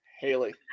Haley